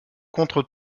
contre